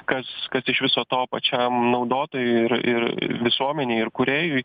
kas kas iš viso to pačiam naudotojui ir ir visuomenei ir kūrėjui